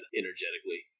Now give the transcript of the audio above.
energetically